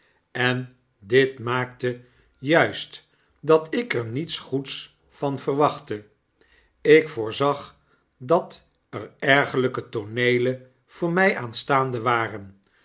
en dit maakte juist dat ik er niets goeds van verwachtte ik voorzag dat er ergerlijke tooneelen voor my aanstaande waren